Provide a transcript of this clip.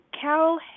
Carol